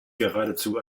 geradezu